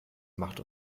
macht